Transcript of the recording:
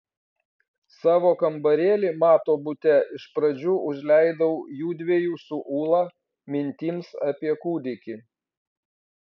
savo kambarėlį mato bute iš pradžių užleidau jųdviejų su ūla mintims apie kūdikį